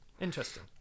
interesting